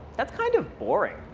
that's kind of boring.